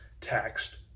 taxed